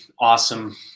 awesome